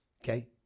Okay